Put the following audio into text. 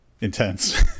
intense